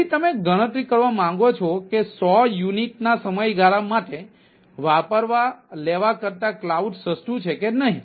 તેથી તમે ગણતરી કરવા માંગો છો કે 100 યુનિટ ના સમયગાળા માટે વાપરવા લેવા કરતા કલાઉડ સસ્તું છે કે નહિ